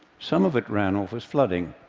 some of it ran off as flooding,